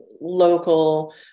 local